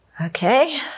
Okay